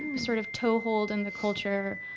sort of, toehold in the culture